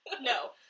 No